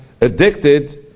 addicted